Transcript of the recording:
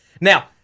Now